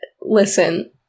Listen